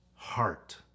heart